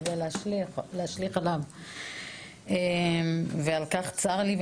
כדי להשליך ועל כך צר לי.